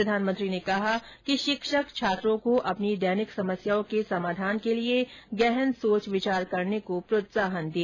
प्रधानमंत्री ने कहा कि शिक्षक छात्रों को अपनी दैनिक समस्याओं के समाधान के लिए गहन सोच विचार करने को प्रोत्साहन दें